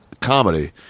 comedy